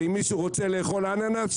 ואם מישהו רוצה לאכול אננס,